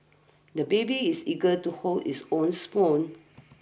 the baby is eager to hold his own spoon